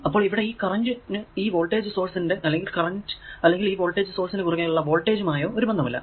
അപ്പോൾ ഇവിടെ ഈ കറന്റ് നു ഈ വോൾടേജ് സോഴ്സ് ന്റെ കറന്റ് അല്ലെങ്കിൽ ഈ വോൾടേജ് സോഴ്സ് നു കുറുകെ ഉള്ള വോൾടേജുമായോ ഒരു ബന്ധവുമില്ല